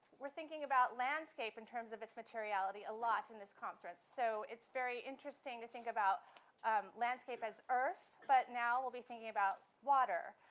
we're thinking about landscape in terms of its materiality a lot in this conference. so it's very interesting to think about um landscape as earth, but now, we'll be thinking about water.